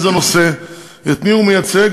באיזה נושא ואת מי הוא מייצג,